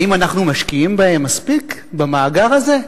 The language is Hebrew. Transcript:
האם אנחנו משקיעים מספיק במאגר הזה,